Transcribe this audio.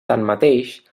tanmateix